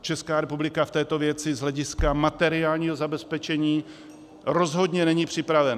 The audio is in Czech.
Česká republika v této věci z hlediska materiálního zabezpečení rozhodně není připravena.